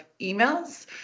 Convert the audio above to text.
emails